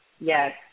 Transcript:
Yes